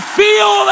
feel